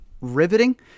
riveting